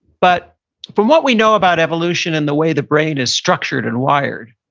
but from what we know about evolution in the way the brain is structured and wired,